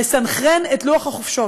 לסנכרן את לוח החופשות.